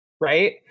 right